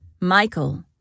Michael